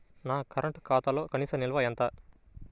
నా కరెంట్ ఖాతాలో కనీస నిల్వ ఎంత?